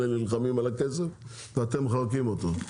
אלה נלחמים על הכסף ואתם מחבקים אותו.